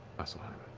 vasselheim.